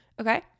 Okay